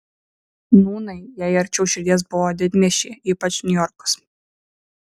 nūnai jai arčiau širdies buvo didmiesčiai ypač niujorkas